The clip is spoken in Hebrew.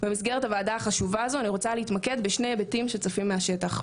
במסגרת הוועדה החשובה הזאת אני רוצה להתמקד בשני היבטים שצפים מהשטח.